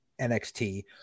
NXT